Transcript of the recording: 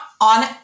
on